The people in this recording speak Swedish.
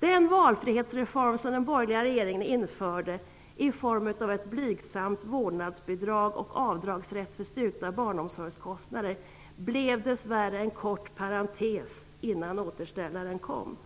Den valfrihetsreform som den borgerliga regeringen införde, i form av ett blygsamt vårdnadsbidrag och avdragsrätt för styrkta barnomsorgskostnader, blev dess värre en kort parentes innan återställaren kom.